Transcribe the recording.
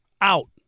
out